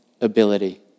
ability